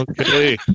Okay